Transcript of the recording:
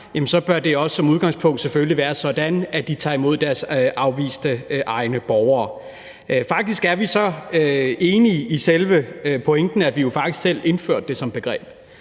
selvfølgelig også som udgangspunkt være sådan, at de tager imod deres egne afviste borgere. Faktisk er vi så enige i selve pointen, at vi jo selv indførte det som begreb.